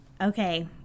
Okay